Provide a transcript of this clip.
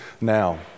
now